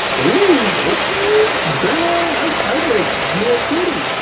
ooh, okay. dang, i look more pretty.